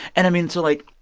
and i mean, so like,